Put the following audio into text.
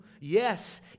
Yes